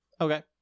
Okay